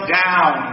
down